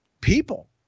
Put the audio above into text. people